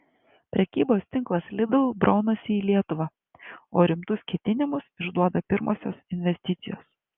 prekybos tinklas lidl braunasi į lietuvą o rimtus ketinimus išduoda pirmosios investicijos